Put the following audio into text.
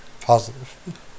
Positive